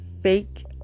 fake